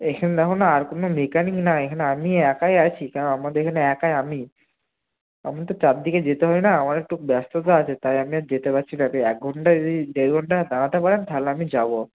এখানে দেখুন না আর কোনও মেকানিক নাই এখানটা আমি একাই আছি কেন আমাদের এখানে একাই আমি আমি তো চারদিকে যেতে হয় না আমার তো ব্যস্ততা আছে তাই আমি আজ যেতে পারছিনা তাই এক ঘন্টার যদি দেড় ঘন্টা দাঁড়াতে পারেন তাহলে আমি যাব